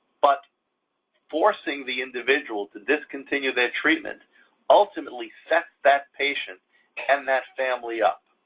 but forcing the individual to discontinue their treatment ultimately sets that patient and that family up.